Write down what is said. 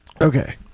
Okay